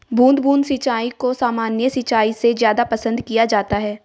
बूंद बूंद सिंचाई को सामान्य सिंचाई से ज़्यादा पसंद किया जाता है